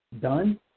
done